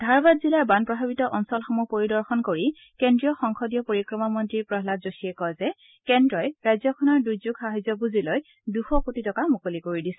ধাৰৱাড জিলাৰ বান প্ৰভাৱিত অঞ্চলসমূহ পৰিদৰ্শন কৰি কেন্দ্ৰীয় সংসদীয় পৰিক্ৰমা মন্ত্ৰী প্ৰহাদ যোশীয়ে কয় যে কেন্দ্ৰই ৰাজ্যখনৰ দূৰ্যোগ সাহাৰ্য পুঁজিলৈ দূশ কোটি টকা মুকলি কৰি দিছে